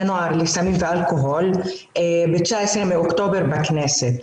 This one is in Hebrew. נוער לסמים ואלכוהול ב-19 באוקטובר בכנסת,